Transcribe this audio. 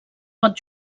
pot